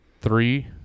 three